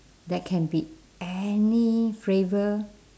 that can be any flavour